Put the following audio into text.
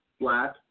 Black